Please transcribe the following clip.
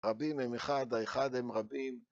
רבים הם אחד, האחד הם רבים